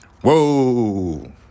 Whoa